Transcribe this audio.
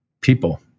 people